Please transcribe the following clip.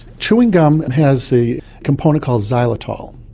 chewing gum and has a component called xylitol,